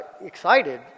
excited